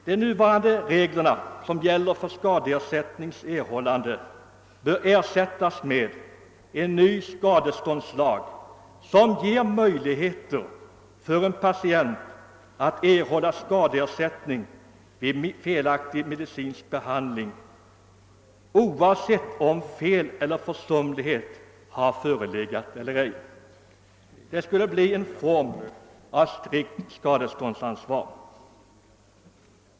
De nuvarande reglerna för erhållande av skadeersättning bör ersättas med en ny skadeståndslag, som innebär möjlighet för en patient att få skadeersättning vid felaktig medicinsk behandling, oavsett om fel eller försumlighet har förelegat. Det skulle bli en form av strikt skadeståndsansvar.